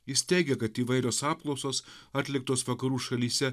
jis teigė kad įvairios apklausos atliktos vakarų šalyse